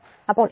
അപ്പോൾ 21